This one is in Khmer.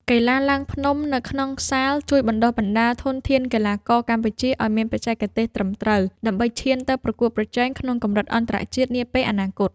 កីឡាឡើងភ្នំក្នុងសាល ជួយបណ្ដុះបណ្ដាលធនធានកីឡាករកម្ពុជាឱ្យមានបច្ចេកទេសត្រឹមត្រូវ ដើម្បីឈានទៅប្រកួតប្រជែងក្នុងកម្រិតអន្តរជាតិនាពេលអនាគត។